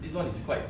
this one is quite